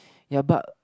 ya but